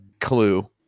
clue